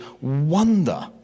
wonder